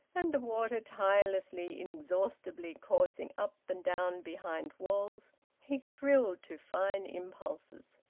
and the water tirelessly, inexhaustibly coursing up and down behind walls he thrilled to fine impulses.